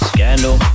Scandal